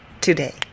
today